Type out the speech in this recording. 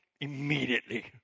immediately